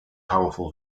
powerful